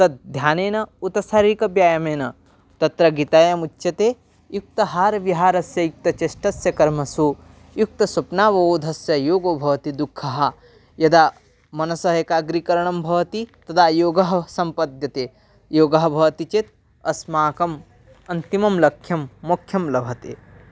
तद् ध्यानेन उत शारीरिकव्यायामेन तत्र गीतायाम् उच्यते युक्ताहारं विहारस्य युक्त चेष्टस्य कर्मसु युक्तस्वप्नावबोधस्य योगो भवति दुःखः यदा मनसः एकाग्रीकरणं भवति तदा योगः सम्पद्यते योगः भवति चेत् अस्माकम् अन्तिमं लक्ष्यं मोक्ष्यं लभते